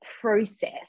process